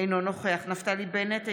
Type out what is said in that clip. אינו נוכח נפתלי בנט,